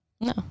No